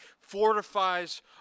fortifies